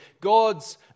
God's